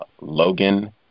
Logan